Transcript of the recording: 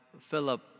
Philip